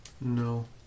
No